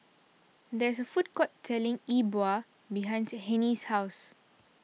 there is a food court selling E Bua behind Hennie's house